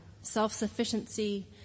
self-sufficiency